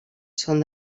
són